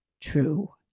true